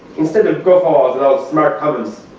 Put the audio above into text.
instead of guffaws and all smart comments,